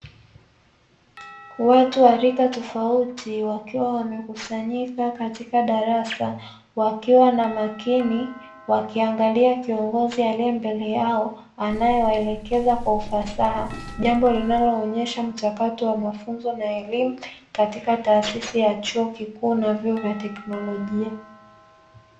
Watu wa rika tofauti wakiwa wamekusanyika katika darasa wakiwa makini wakimwangalia kiongozi aliye mbele yao anayeelekeza kwa ufasaha, jambo linaloonyesha mchakato wa mafunzo na elimu katika taasisi ya chuo kikuu na vyuo vya teknolojia.